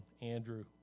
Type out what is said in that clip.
Andrew